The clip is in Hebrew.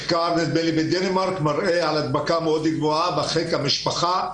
מחקר בדנמרק מראה על הדבקה מאוד גבוהה בחיק המשפחה,